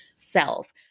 self